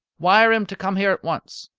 wire him to come here at once.